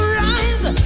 rise